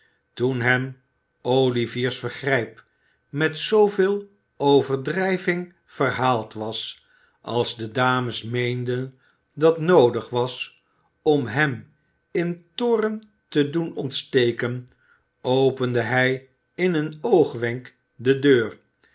toen hem olivier's vergrijp met zooveel overdrijving verhaald was als de dames meenden dat noodig was om hem in toorn te doen ontsteken opende hij in een oogwenk de deur